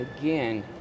again